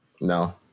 No